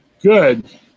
Good